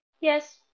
Yes